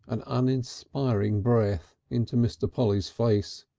an uninspiring breath, into mr. polly's face.